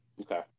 Okay